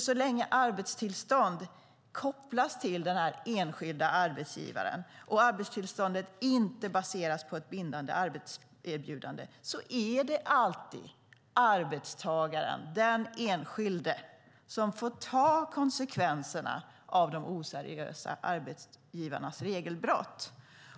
Så länge arbetstillståndet kopplas till den enskilde arbetsgivaren och arbetstillståndet inte baseras på ett bindande arbetserbjudande är det alltid arbetstagaren, den enskilde, som får ta konsekvenserna av de oseriösa arbetsgivarnas regelbrott.